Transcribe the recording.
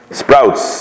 sprouts